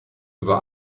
über